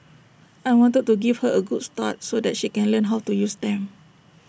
I wanted to give her A good start so that she can learn how to use them